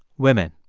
women.